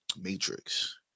Matrix